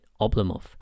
Oblomov